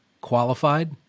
qualified